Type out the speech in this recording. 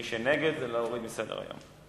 נגד זה להוריד מסדר-היום.